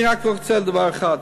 אני רק רוצה דבר אחד: